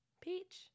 Peach